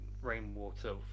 rainwater